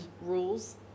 rules